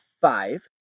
five